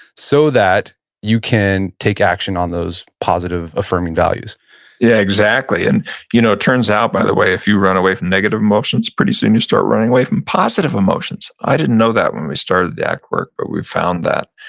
so that you can take action on those positive affirming values yeah, exactly. and you know it turns out, by the way, if you run away from negative emotions, pretty soon you start running away from positive emotions. i didn't know that when we started the act work, but we found that.